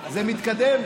זה מתקדם?